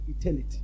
eternity